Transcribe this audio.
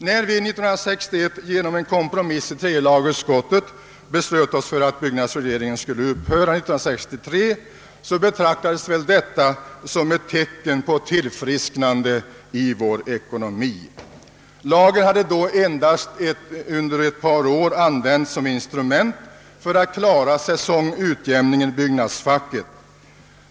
När vi 1961 efter en kompromiss i tredje lagutskottet beslöt oss för att byggnadsregleringen skulle upphöra 1963, betraktades väl detta som ett tecken på tillfrisknande i vår ekonomi. Lagen hade då under ett par år använts endast som instrument för att klara säsongutjämningen i byggnadsfacket.